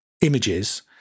images